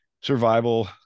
survival